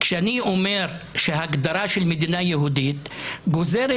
אני אומר שההגדרה של מדינה יהודית גוזרת